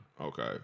Okay